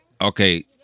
okay